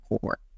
court